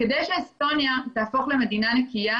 כדי לעשות פה שינוי,